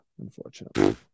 Unfortunately